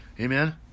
Amen